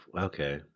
Okay